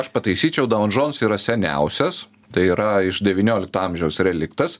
aš pataisyčiau daun džons yra seniausias tai yra iš devyniolikto amžiaus reliktas